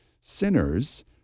sinners